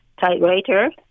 typewriter